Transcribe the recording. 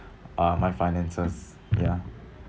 uh my finances ya